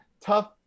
tough